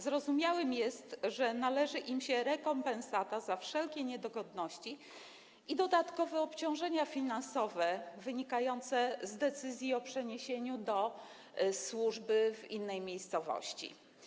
Zrozumiałe jest, że należy im się rekompensata za wszelkie niedogodności i dodatkowe obciążenia finansowe wynikające z decyzji o przeniesieniu do służby w innej miejscowości.